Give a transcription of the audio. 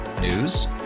News